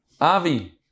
Avi